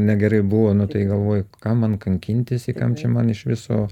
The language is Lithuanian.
negerai buvo nu tai galvoju kam man kankintis i kam čia man iš viso